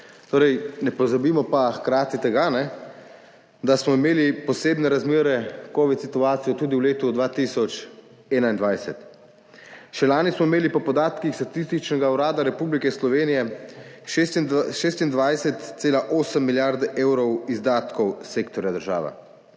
evrov. Ne pozabimo pa hkrati tega, da smo imeli posebne razmere, covid situacijo tudi v letu 2021. Še lani smo imeli po podatkih Statističnega urada Republike Slovenije 26,8 milijarde evrov izdatkov sektorja država.